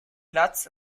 platz